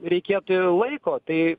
reikėti laiko tai